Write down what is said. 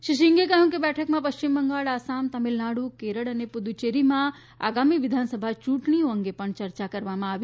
શ્રી સિંઘે કહ્યું કે બેઠકમાં પશ્ચિમ બંગાળ આસામ તમિલનાડુ કેરળ અને પુદ્દચેરીમાં આગામી વિધાનસભા ચૂંટણીઓ અંગે પણ ચર્ચા કરવામાં આવી